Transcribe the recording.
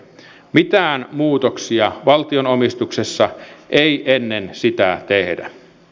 mitään muutoksia valtion omistuksessa ei ennen sitä tehdä